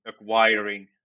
acquiring